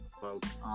folks